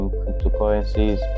cryptocurrencies